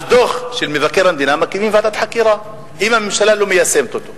דוח של מבקר המדינה מקימים ועדת חקירה אם הממשלה לא מיישמת אותו.